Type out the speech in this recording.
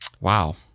wow